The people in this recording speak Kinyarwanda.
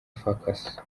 focus